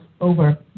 over